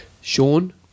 Sean